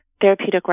therapeutic